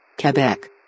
Quebec